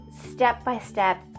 step-by-step